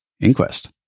inquest